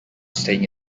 staying